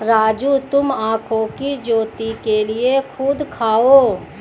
राजू तुम आंखों की ज्योति के लिए कद्दू खाओ